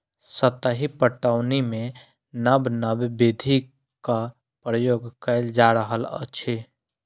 सतही पटौनीमे नब नब विधिक प्रयोग कएल जा रहल अछि